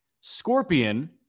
Scorpion